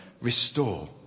restore